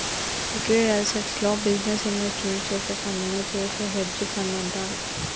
liquid అసెట్స్లో business investment చేసే ఫండునే చేసే హెడ్జ్ ఫండ్ అంటారు